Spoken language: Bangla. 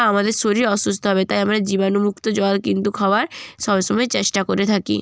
আমাদের শরীর অসুস্থ হবে তাই আমরা জীবাণুমুক্ত জল কিন্তু খাওয়ার সব সময় চেষ্টা করে থাকি